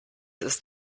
ist